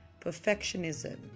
Perfectionism